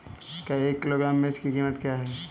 एक किलोग्राम मिर्च की कीमत क्या है?